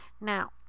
Now